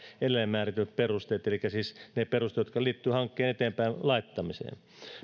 edellä määritetyt perusteet elikkä siis ne perusteet jotka liittyvät hankkeen eteenpäin laittamiseen